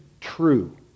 true